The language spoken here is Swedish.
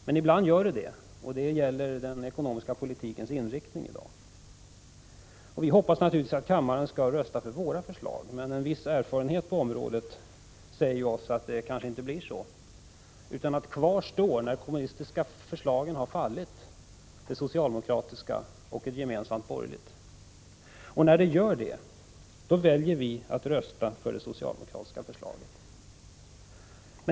Men ibland gör det faktiskt det, och det gäller t.ex. den ekonomiska politikens inriktning. Vi hoppas naturligtvis att kammaren skall rösta för vpk:s förslag i dag, men en viss erfarenhet på området säger oss att det kanske inte blir så. Kvar står, när det kommunistiska förslaget har fallit, det socialdemokratiska och ett gemensamt borgerligt. Då väljer vi att rösta för det socialdemokratiska förslaget.